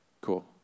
cool